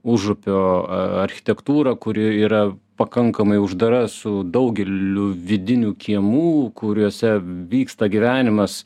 užupio architektūrą kuri yra pakankamai uždara su daugeliu vidinių kiemų kuriuose vyksta gyvenimas